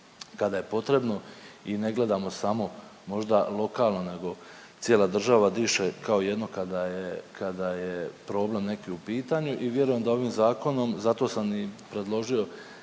kada je potrebno i ne gledamo samo možda lokalno nego cijela država diše kao jedno kada je problem neki u pitanju. I vjerujem da ovim zakonom, zato sam i predložio